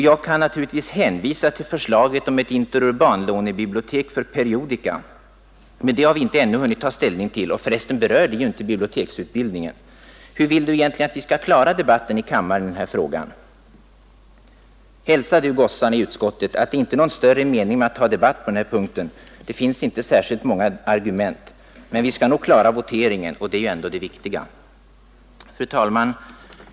Jag kan naturligtvis hänvisa till förslaget om ett interurbanlånebibliotek för periodica, men det har vi ännu inte hunnit ta ställning till. Och för resten så berör det inte biblioteksutbild ningen. Hur vill du egentligen att vi skall klara debatten i kammaren i den här frågan? Gunnar: Hälsa du gossarna i utskottet, att det är inte någon större mening med att ta debatt på den här punkten, för det finns inte särskilt många argument. Men vi skall nog klara voteringen, och det är ju ändå det viktiga! Fru talman!